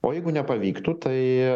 o jeigu nepavyktų tai